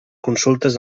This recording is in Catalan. consultes